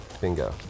bingo